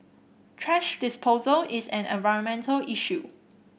thrash disposal is an environmental issue